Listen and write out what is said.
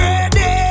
Ready